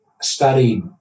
studied